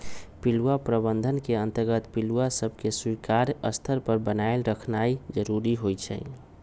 पिलुआ प्रबंधन के अंतर्गत पिलुआ सभके स्वीकार्य स्तर पर बनाएल रखनाइ जरूरी होइ छइ